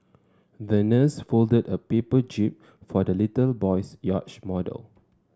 the nurse folded a paper jib for the little boy's yacht model